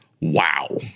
wow